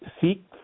seek